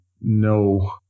no